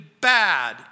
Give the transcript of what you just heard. bad